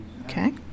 Okay